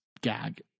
gag